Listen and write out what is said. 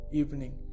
evening